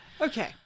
Okay